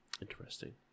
Interesting